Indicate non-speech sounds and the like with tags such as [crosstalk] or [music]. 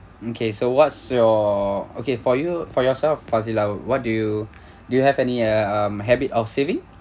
okay so what's your okay for you for yourself fazilah what do you [breath] do you have uh um any habit of saving